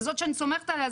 זאת שאני סומכת עליה,